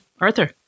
Arthur